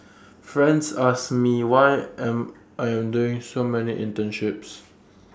friends ask me why am I am doing so many internships